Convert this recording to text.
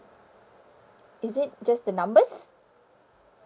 is it just the numbers